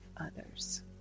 others